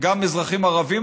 גם אזרחים ערבים,